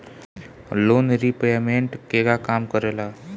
Loan repayment केगा काम करेला?